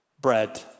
bread